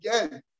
again